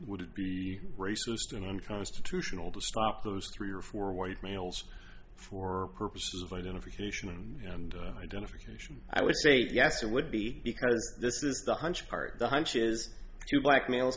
would be racist and i'm substitutional to stop those three or four white males for purposes of identification and identification i would say yes it would be because this is the hunch part the hunch is two black male